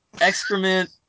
Excrement